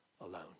alone